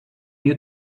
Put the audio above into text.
you